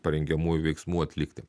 parengiamųjų veiksmų atlikti